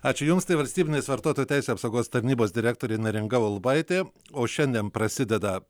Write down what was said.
ačiū jums tai valstybinės vartotojų teisių apsaugos tarnybos direktorė neringa ulbaitė o šiandien prasideda